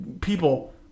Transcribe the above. People